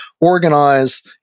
organize